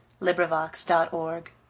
LibriVox.org